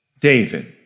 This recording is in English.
David